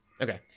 Okay